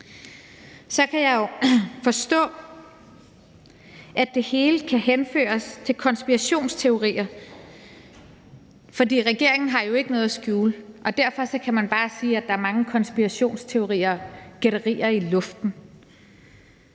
Så kan jeg jo forstå, at det hele kan henføres til konspirationsteorier, for regeringen har jo ikke noget at skjule, og derfor kan man bare sige, at der er mange konspirationsteorier og gætterier i luften.